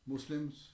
Muslims